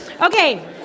Okay